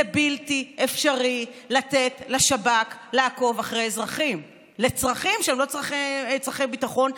זה בלתי אפשרי לתת לשב"כ לעקוב אחרי אזרחים לצרכים שהם לא צורכי ביטחון.